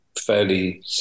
fairly